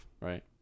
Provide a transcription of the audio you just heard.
right